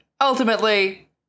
ultimately